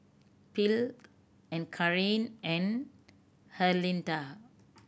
Phil and Karin and Herlinda